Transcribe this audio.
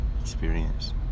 experience